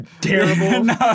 terrible